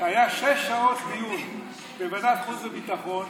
שהיו עליו שש שעות דיון בוועדת חוץ וביטחון